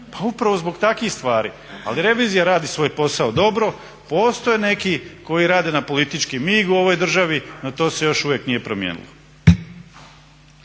upravo zbog takvih stvari, ali revizija radi svoj posao dobro, postoje neki koji rade na politički mig u ovoj državi, no to se još uvijek nije promijenilo.